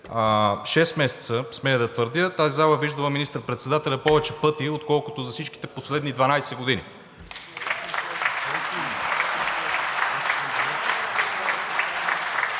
месеца – смея да твърдя, тази зала е виждала министър-председателя повече пъти, отколкото за всичките последни 12 години.